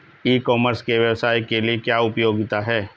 ई commerce के व्यवसाय के लिए क्या उपयोगिता है?